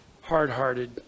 hard-hearted